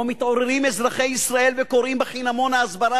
שבו מתעוררים אזרחי ישראל וקוראים בחינמון ההסברה